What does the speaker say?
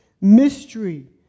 mystery